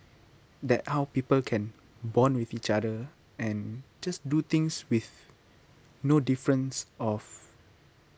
that how people can bond with each other and just do things with no difference of